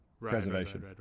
preservation